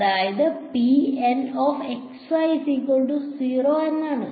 അതിനാൽ നന്നായി